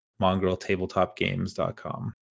mongreltabletopgames.com